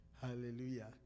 Hallelujah